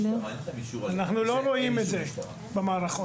אנחנו לא רואים את זה במערכות.